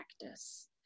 practice